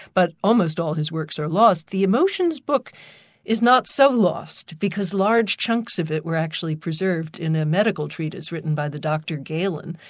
but almost all his works are lost. the emotions book is not so lost, because large chunks of it were actually preserved in a medical treatise written by the doctor galen.